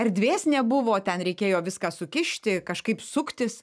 erdvės nebuvo ten reikėjo viską sukišti kažkaip suktis